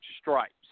stripes